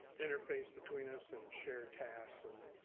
interface between us and share tasks and